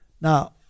Now